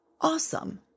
Awesome